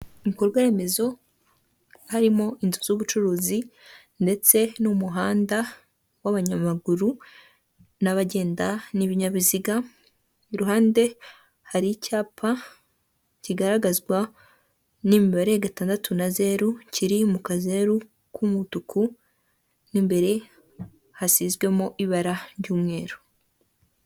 Ibikorwaremezo harimo inzu z'ubucuruzi ndetse n'umuhanda w'abanyamaguru n'abagenda n'ibinyabiziga iruhande hari icyapa kigaragazwa n'imibare gatandatu na zeru kiri mu kazeru k'umutuku mo imbere hasizwemo ibara ry'umweru.